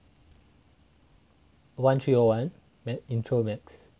one three zero one intro math